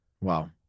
Wow